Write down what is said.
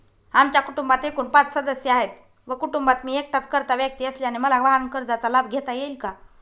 आमच्या कुटुंबात एकूण पाच सदस्य आहेत व कुटुंबात मी एकटाच कर्ता व्यक्ती असल्याने मला वाहनकर्जाचा लाभ घेता येईल का?